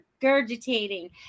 regurgitating